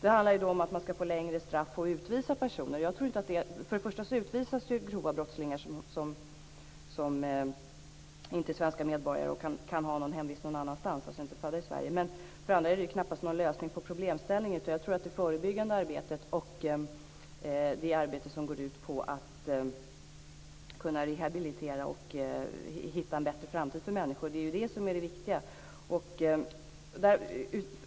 Det handlar om att man skall ha längre straff och utvisa personer. Jag tror inte på det. Man utvisar ju personer som begår grova brott, som inte är svenska medborgare och som kan ha en hemvist någon annanstans och alltså inte är födda i Sverige. Men för det andra är det ju knappast någon lösning på problemet. Jag tror att det är det förebyggande arbetet och det arbete som går ut på att kunna rehabilitera och hitta en bättre framtid för människor som är det viktiga.